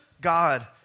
God